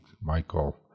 Michael